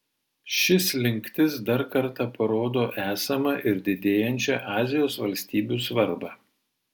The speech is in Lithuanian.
ši slinktis dar kartą parodo esamą ir didėjančią azijos valstybių svarbą